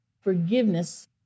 Forgiveness